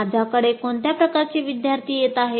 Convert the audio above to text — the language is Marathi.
माझ्याकडे कोणत्या प्रकारचे विद्यार्थी येत आहेत